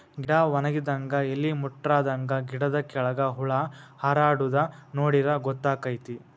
ಗಿಡಾ ವನಗಿದಂಗ ಎಲಿ ಮುಟ್ರಾದಂಗ ಗಿಡದ ಕೆಳ್ಗ ಹುಳಾ ಹಾರಾಡುದ ನೋಡಿರ ಗೊತ್ತಕೈತಿ